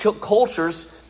cultures